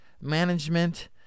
Management